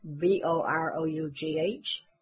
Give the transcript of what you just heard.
B-O-R-O-U-G-H